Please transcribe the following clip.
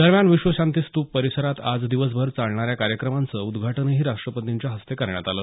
दरम्यान विश्वशांतीस्तूप परिसरात आज दिवसभर चालणाऱ्या कार्यक्रमाचं उदघाटनही राष्ट्रपतींच्या हस्ते करण्यात आलं